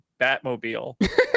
batmobile